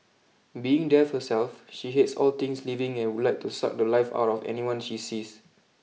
being death herself she hates all things living and would like to suck the life out of anyone she sees